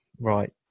Right